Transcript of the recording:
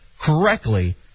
correctly